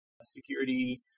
security